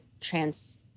trans